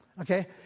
Okay